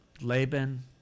Laban